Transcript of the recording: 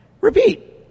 Repeat